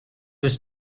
was